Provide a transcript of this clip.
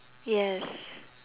yes